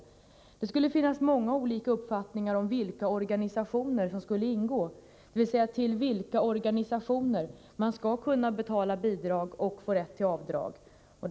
Onsdagen den Det skulle finnas många olika uppfattningar om vilka organisationer som 20 februari 1985 skulle ingå, dvs. till vilka organisationer man skall kunna betala bidrag som man får rätt till avdrag för.